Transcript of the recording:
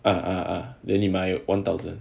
err eh err then 你买 one thousand